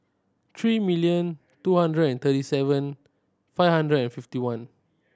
three million two hundred and thirty seven five hundred and fifty one